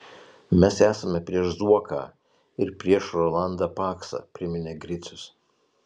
mes esame prieš zuoką ir prieš rolandą paksą priminė gricius